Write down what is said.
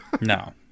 No